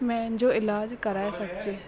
पंहिंजो इलाज कराए सघिजे